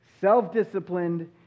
self-disciplined